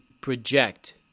project